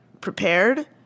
prepared